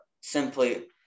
simply